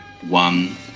One